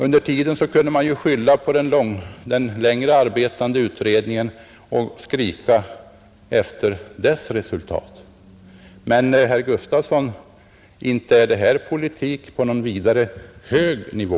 Under tiden kan man skylla på den under en längre tid arbetande utredningen och efterlysa dess resultat. Men, herr Gustafson, inte är det här politik på någon vidare hög nivå.